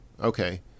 Okay